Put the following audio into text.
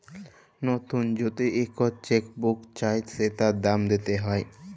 লতুল যদি ইকট চ্যাক বুক চায় সেটার দাম দ্যিতে হ্যয়